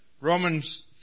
Romans